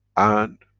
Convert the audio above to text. and